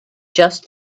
just